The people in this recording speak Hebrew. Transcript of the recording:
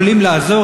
יכולים לעזור?